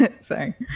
Sorry